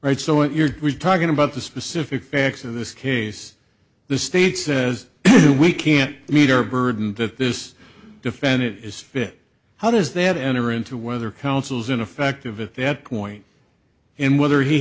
right so if you're talking about the specific facts of this case the state says we can't meet her burden that this defendant is fit how does that enter into whether counsel's ineffective if they had point in whether he